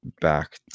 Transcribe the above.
back